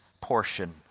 portion